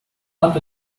hand